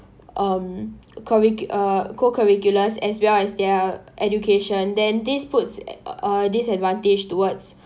um curric~ uh co-curriculars as well as their education then this put a disadvantage towards